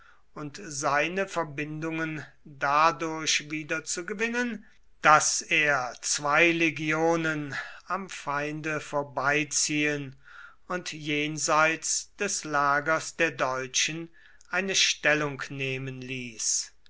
und seine verbindungen dadurch wieder zu gewinnen daß er zwei legionen am feinde vorbeiziehen und jenseits des lagers der deutschen eine stellung nehmen ließ